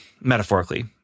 metaphorically